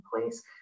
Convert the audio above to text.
place